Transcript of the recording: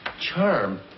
Charm